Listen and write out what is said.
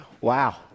wow